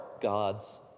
God's